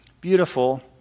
beautiful